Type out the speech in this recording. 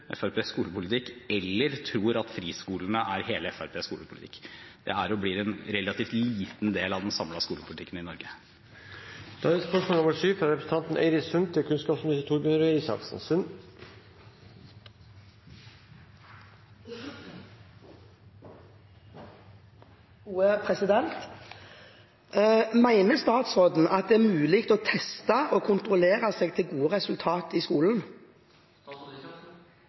skolepolitikk eller tror at friskolene er hele Fremskrittspartiets skolepolitikk. Det er og blir en relativt liten del av den samlede skolepolitikken i Norge. «Mener statsråden at det er mulig å teste og kontrollere seg til gode resultater i skolen?» Nei. Ja, det var jo et kort og greit svar. Jeg vil gjerne følge opp, for det er ikke det statsråden og regjeringen følger i